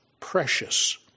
precious